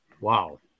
Wow